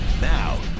Now